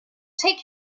take